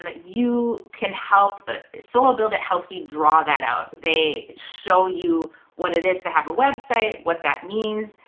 like you can help, solo build it! helps you draw that out. they show you what it is to have a website, what that means,